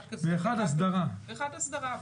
ואחד אסדרה.